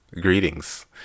Greetings